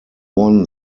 won